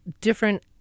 different